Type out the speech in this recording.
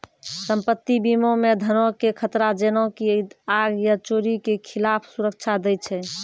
सम्पति बीमा मे धनो के खतरा जेना की आग या चोरी के खिलाफ सुरक्षा दै छै